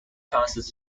passes